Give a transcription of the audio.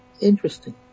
interesting